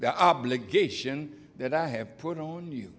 the obligation that i have put on you